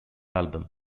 album